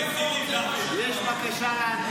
טילים בצפון, זה מה שקרה.